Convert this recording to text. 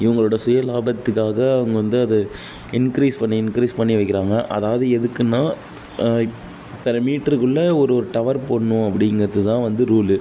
இவங்களோடய சுயலாபத்துக்காக அவங்க வந்து அதை இன்க்ரீஸ் பண்ணி இன்க்ரீஸ் பண்ணி வைக்கிறாங்க அதாவது எதுக்குன்னால் இத்தனை மீட்டருக்குள்ள ஒரு ஒரு டவர் போடணும் அப்படிங்கிறது தான் வந்து ரூலு